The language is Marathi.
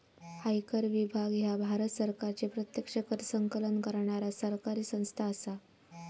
आयकर विभाग ह्या भारत सरकारची प्रत्यक्ष कर संकलन करणारा सरकारी संस्था असा